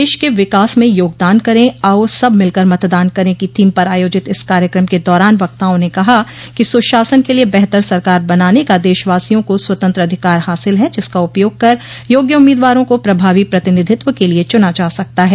देश के विकास में योगदान करें आओ सब मिलकर मतदान करें की थीम पर आयोजित इस कार्यक्रम के दौरान वक्ताओं ने कहा कि सुशासन के लिये बेहतर सरकार बनाने का देशवासियों को स्वतंत्र अधिकार हासिल है जिसका उपयोग कर योग्य उम्मीदवारों को प्रभावी प्रतिनिधित्व के लिये चुना जा सकता है